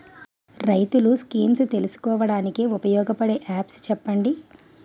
రైతులు స్కీమ్స్ తెలుసుకోవడానికి ఉపయోగపడే యాప్స్ చెప్పండి?